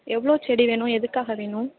எவ்வளோ செடி வேணும் எதுக்காக வேணும்